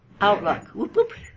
outlook